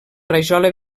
rajola